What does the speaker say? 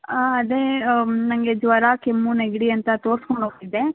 ಅದೇ ನನಗೆ ಜ್ವರ ಕೆಮ್ಮು ನೆಗಡಿ ಅಂತ ತೋರ್ಸ್ಕೊಂಡು ಹೋಗಿದ್ದೆ